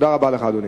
תודה רבה לך, אדוני.